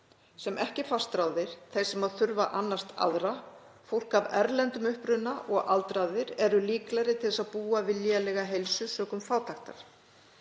sem ekki er fastráðið, þeir sem þurfa að annast aðra, fólk af erlendum uppruna og aldraðir eru líklegri til þess að búa við lélega heilsu sökum fátæktar.